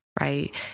right